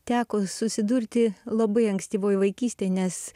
teko susidurti labai ankstyvoj vaikystėj nes